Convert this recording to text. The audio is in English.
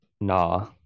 nah